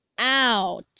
out